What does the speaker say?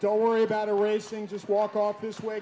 don't worry about a racing just walk off this way